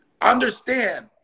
Understand